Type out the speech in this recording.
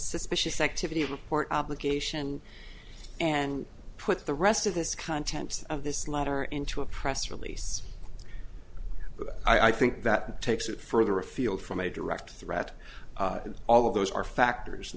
suspicious activity report obligation and put the rest of this content of this letter into a press release but i think that takes it further afield from a direct threat and all of those are factors